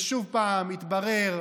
ושוב התברר,